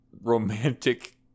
romantic